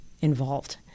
involved